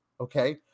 okay